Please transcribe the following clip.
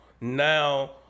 Now